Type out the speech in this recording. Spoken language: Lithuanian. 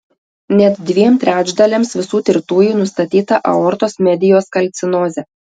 net dviem trečdaliams visų tirtųjų nustatyta aortos medijos kalcinozė